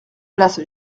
place